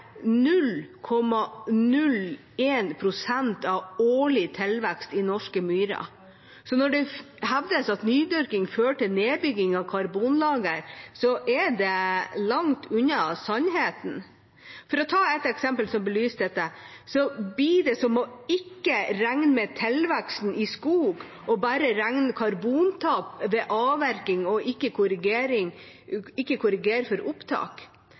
av årlig tilvekst i norske myrer. Når det hevdes at nydyrking fører til nedbygging av karbonlager, er det langt unna sannheten. For å ta et eksempel som belyser dette, blir det som å ikke regne med tilveksten i skog og bare regne karbontap ved avvirkning og ikke korrigere for opptak. Senterpartiet aksepterer ikke